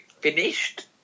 Finished